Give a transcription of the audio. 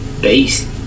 base